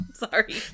Sorry